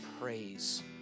praise